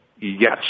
Yes